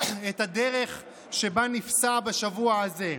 את הדרך שבה נפסע בשבוע הזה,